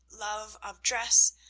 love of dress,